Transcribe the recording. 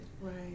right